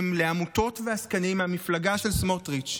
לעמותות ולעסקנים מהמפלגה של סמוטריץ',